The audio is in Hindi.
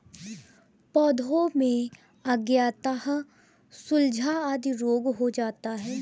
पौधों में अंगैयता, झुलसा आदि रोग हो जाता है